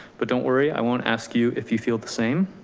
but don't worry. i won't ask you if you feel the same,